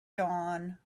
dawn